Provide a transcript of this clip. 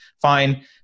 fine